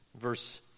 verse